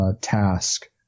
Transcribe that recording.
task